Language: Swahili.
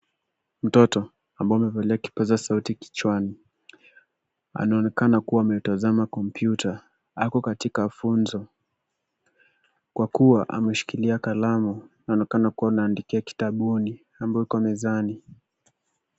Mtoto ambaye amevalia kipaza sauti kichwani. Ameonekana kuwa ametazama kompyuta. Ako katika funzo kwa kuwa ameshikilia kalamu anaonekana kuwa anaandikia kitabuni ambayo iko mezani.